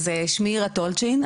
שמי אירה טולצ'ין,